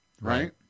Right